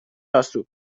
راسو